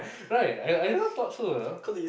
right I I also thought so you know